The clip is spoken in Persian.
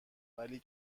ولی